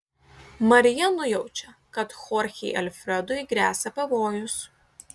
marija nujaučia kad chorchei alfredui gresia pavojus